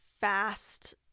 fast